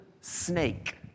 snake